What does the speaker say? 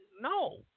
No